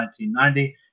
1990